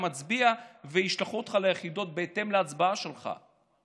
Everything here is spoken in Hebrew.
מצביע וישלחו אותך ליחידות בהתאם להצבעה שלך.